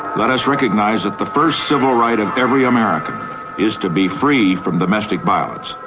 let us recognise that the first civil right of every american is to be free from domestic violence.